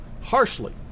harshly